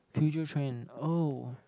future trend oh